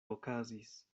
okazis